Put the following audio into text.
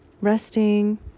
resting